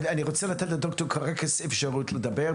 אני רוצה לתת לדוקטור קרקס ממשרד הבריאות אפשרות לדבר,